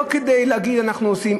לא כדי להגיד "אנחנו עושים",